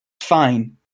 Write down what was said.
Fine